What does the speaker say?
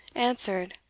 answered,